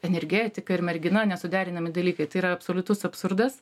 energetika ir mergina nesuderinami dalykai tai yra absoliutus absurdas